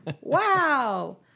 Wow